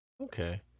Okay